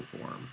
form